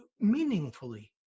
meaningfully